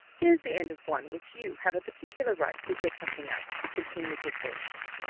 here's the end of one which you have a particular right to hear something of, continued his lordship,